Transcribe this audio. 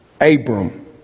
Abram